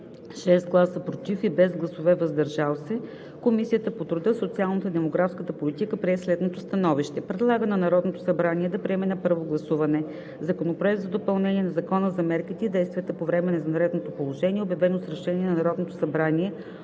6 гласа „против“ и без гласове „въздържал се“, Комисията по труда, социалната и демографската политика прие следното становище: Предлага на Народното събрание да приеме на първо гласуване Законопроект за допълнение на Закона за мерките и действията по време на извънредното положение, обявено с решение на Народното събрание